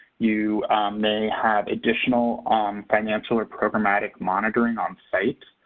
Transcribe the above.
you may have additional um financial or programmatic monitoring onsite,